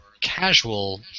casual